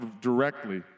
directly